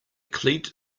cleat